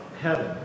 heaven